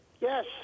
Yes